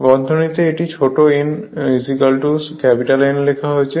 বন্ধনীতে এটি ছোট n N লেখা হয়েছে